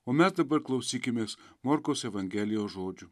o mes dabar klausykimės morkaus evangelijos žodžių